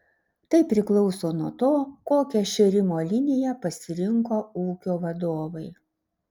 tai priklauso nuo to kokią šėrimo liniją pasirinko ūkio vadovai